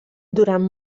durant